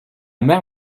mère